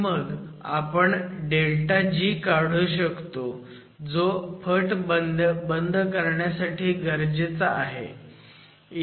आणि मग आपण ∆g काढू शकतो जो फट बंद करण्यासाठी गरजेचा आहे